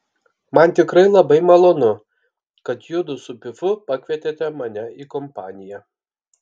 man tikrai labai malonu kad judu su pifu pakvietėte mane į kompaniją